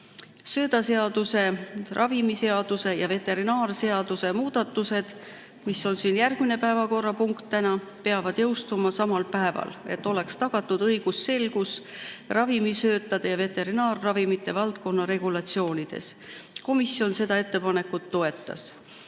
Söödaseaduse ning ravimiseaduse ja veterinaarseaduse muudatused, mis on täna järgmine päevakorrapunkt, peavad jõustuma samal päeval, et oleks tagatud õigusselgus ravimsöötade ja veterinaarravimite valdkonna regulatsioonides. Komisjon seda ettepanekut toetas.